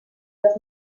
das